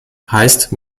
heißt